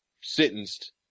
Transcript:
sentenced